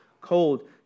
cold